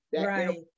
Right